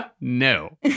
No